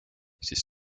siis